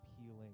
healing